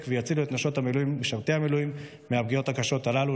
ויצילו את נשות משרתי המילואים מהפגיעות הקשות הללו.